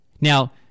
Now